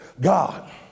God